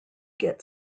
get